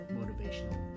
motivational